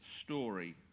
story